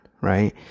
Right